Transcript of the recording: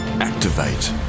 activate